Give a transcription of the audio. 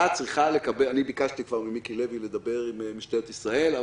צריכה לקבל ביקשתי כבר ממיקי לוי לדבר עם משטרת ישראל,